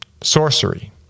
sorcery